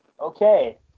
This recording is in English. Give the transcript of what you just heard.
Okay